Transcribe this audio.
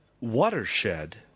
Watershed